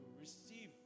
receive